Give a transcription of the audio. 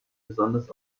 besonders